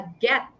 get